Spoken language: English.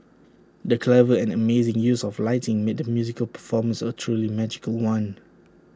the clever and amazing use of lighting made the musical performance A truly magical one